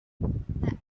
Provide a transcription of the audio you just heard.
the